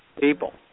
people